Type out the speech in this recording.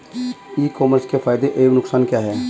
ई commerce के फायदे एवं नुकसान क्या हैं?